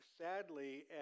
sadly